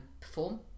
perform